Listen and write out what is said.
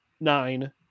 nine